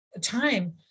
time